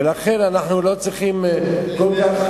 ולכן אנחנו לא צריכים כל כך,